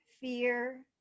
fear